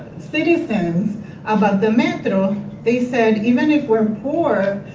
citizens about the metro they said, even if we're poor,